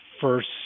first